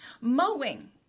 mowing